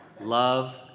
Love